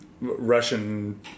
Russian